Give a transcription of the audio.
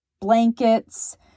blankets